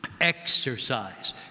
exercise